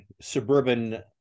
suburban